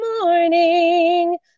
morning